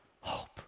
hope